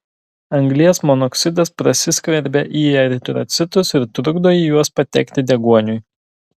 anglies monoksidas prasiskverbia į eritrocitus ir trukdo į juos patekti deguoniui